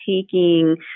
taking